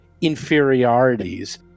inferiorities